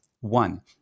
One